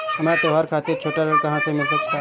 हमरा त्योहार खातिर छोट ऋण कहाँ से मिल सकता?